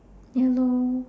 ya lor